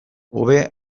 hobe